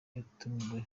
yatumiwe